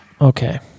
Okay